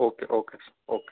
okay okay okay